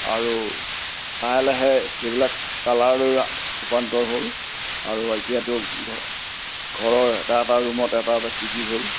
আৰু লাহে লাহে সেইবিলাক কালাৰলৈ ৰূপান্তৰ হ'ল আৰু এতিয়াটো ঘৰে ঘৰৰ এটা এটা ৰূমত এটা এটা টিভি হ'ল